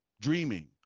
dreaming